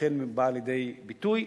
שאכן באה לידי ביטוי,